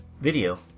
video